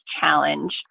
challenge